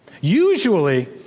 Usually